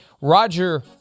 Roger